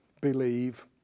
Believe